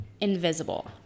invisible